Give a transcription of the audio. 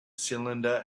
cylinder